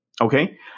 Okay